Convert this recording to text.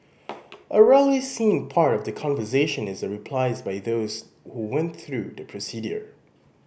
a rarely seen part of that conversation is the replies by those who went through the procedure